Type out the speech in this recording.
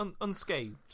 unscathed